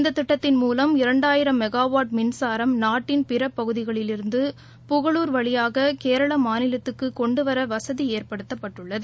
இந்ததிட்டத்தின் மூவம் இரண்டாயிரம் மெகாவாட் மின்சாரம் நாட்டின் பிறபகுதிகளிலிருந்து புகழுள் வழியாககேரளமாநிலத்துக்குகொண்டுவரவசதிஏற்படுத்தப்பட்டுள்ளது